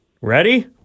Ready